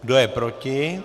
Kdo je proti?